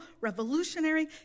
revolutionary